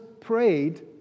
prayed